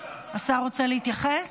רוצה להתייחס?